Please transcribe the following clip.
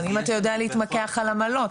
האם אתה יודע להתמקח על עמלות?